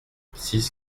six